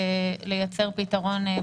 שלך,